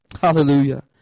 Hallelujah